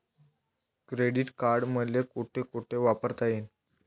Credit card मले कोठ कोठ वापरता येईन?